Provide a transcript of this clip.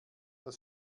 das